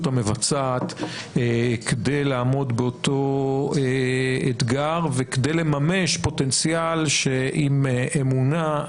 המבצעת כדי לעמוד באותו אתגר וכדי לממש פוטנציאל שעם אמונה,